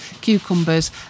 cucumbers